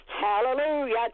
Hallelujah